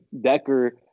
Decker